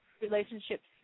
Relationships